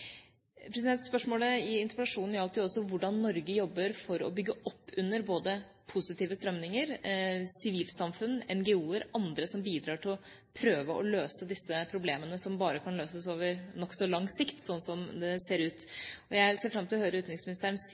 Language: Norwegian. Spørsmålet i interpellasjonen gjaldt også hvordan Norge jobber for å bygge opp under positive strømninger – sivilsamfunn, NGO-ere og andre som bidrar til å prøve å løse disse problemene som bare kan løses på nokså lang sikt, sånn som det ser ut. Jeg ser fram til å høre